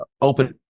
open